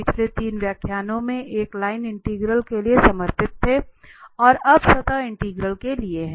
पिछले 3 व्याख्यानों में एक लाइन इंटीग्रल के लिए समर्पित थे और अब सतह इंटीग्रल के लिए हैं